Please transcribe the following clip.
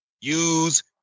use